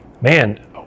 man